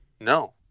No